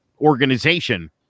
organization